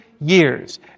years